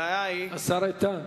השר איתן,